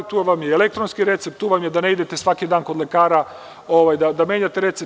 To vam je elektronski recept, tu vam je da ne idete svaki dan kod lekara da menjate recept.